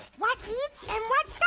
what eats and what